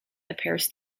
appears